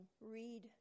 read